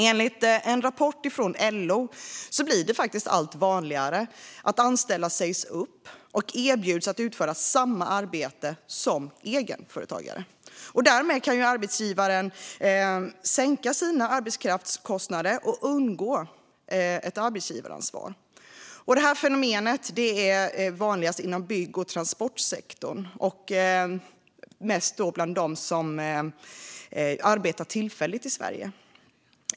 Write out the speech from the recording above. Enligt en rapport från LO blir det allt vanligare att anställda sägs upp och erbjuds att utföra samma arbete som egenföretagare. Därmed kan arbetsgivaren sänka sina arbetskraftskostnader och undgå ett arbetsgivaransvar. Fenomenet är vanligast inom bygg och transportsektorn och bland dem som arbetar tillfälligt i Sverige.